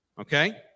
okay